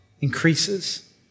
increases